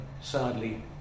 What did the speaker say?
sadly